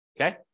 Okay